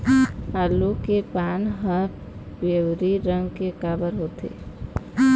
आलू के पान हर पिवरी रंग के काबर होथे?